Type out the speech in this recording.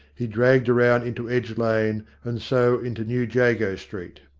he dragged round into edge lane and so into new jago street.